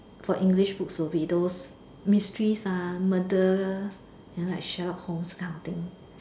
for English books will be those mysteries uh murder and like Sherlock Holmes kind of thing